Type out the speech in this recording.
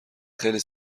خیلی